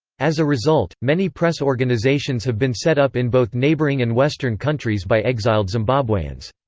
as a result, many press organisations have been set up in both neighbouring and western countries by exiled zimbabweans.